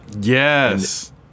Yes